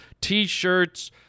T-shirts